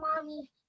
Mommy